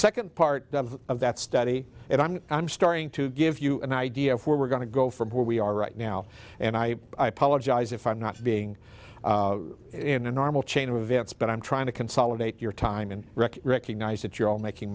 second part of that study and i'm i'm starting to give you an idea of where we're going to go from where we are right now and i apologize if i'm not being in a normal chain of events but i'm trying to consolidate your time and recognize that you're all making